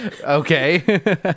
Okay